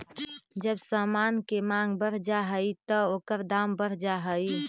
जब समान के मांग बढ़ जा हई त ओकर दाम बढ़ जा हई